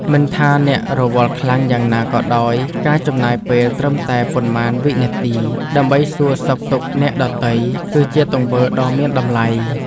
មិនថាអ្នករវល់ខ្លាំងយ៉ាងណាក៏ដោយការចំណាយពេលត្រឹមតែប៉ុន្មានវិនាទីដើម្បីសួរសុខទុក្ខអ្នកដទៃគឺជាទង្វើដ៏មានតម្លៃ។